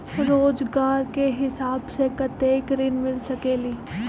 रोजगार के हिसाब से कतेक ऋण मिल सकेलि?